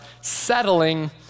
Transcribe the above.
settling